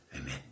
Amen